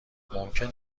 ممکن